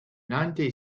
nineteen